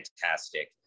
fantastic